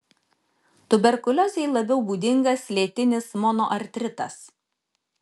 tuberkuliozei labiau būdingas lėtinis monoartritas